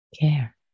care